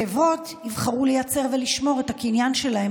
חברות יבחרו לייצר ולשמור את הקניין שלהן,